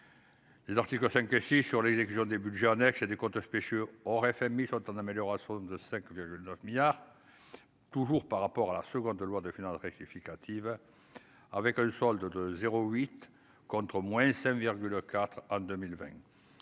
Les articles 5 aussi sur l'exécution des Budgets annexes et des comptes spéciaux hors FMI sont en amélioration de sacs le 9 milliards toujours par rapport à la seconde loi de finances rectificative avec le solde de 0 8 contre au moins 5,4 en 2020,